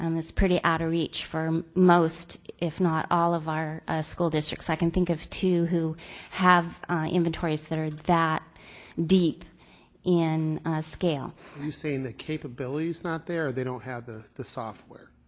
um it's pretty out of reach for most if not all of our school districts. i can think of two who have inventories that are that deep in scale are you saying the capability's not there or they don't have the the software?